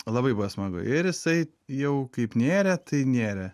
labai buvo smagu ir jisai jau kaip nerė tai nėrė